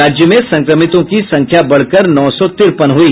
राज्य में संक्रमितों की संख्या बढ़कर नौ सौ तिरपन हुई